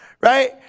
right